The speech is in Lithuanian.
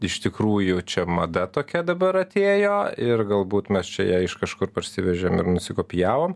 iš tikrųjų čia mada tokia dabar atėjo ir galbūt mes čia ją iš kažkur parsivežėm ir nusikopijavom